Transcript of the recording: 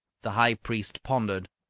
the high priest pondered.